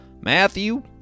Matthew